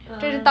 a'ah